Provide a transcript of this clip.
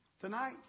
tonight